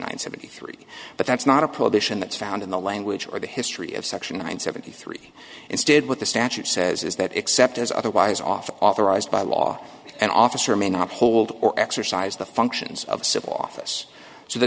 nine seventy three but that's not a prohibition that's found in the language or the history of section one hundred seventy three instead what the statute says is that except as otherwise often authorized by law an officer may not hold or exercise the functions of civil office so the